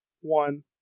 One